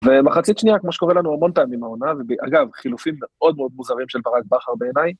ומחצית שנייה, כמו שקורה לנו המון פעמים מהעונה, אגב, חילופים מאוד מאוד מוזרים של ברק בכר בעיניי.